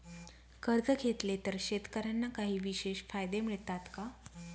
कर्ज घेतले तर शेतकऱ्यांना काही विशेष फायदे मिळतात का?